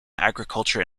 agriculture